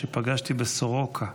שפגשתי בסורוקה,